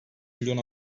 milyon